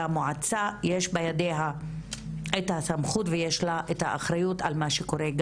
יש בידי המועצה את הסמכות ואת האחריות על מה שקורה.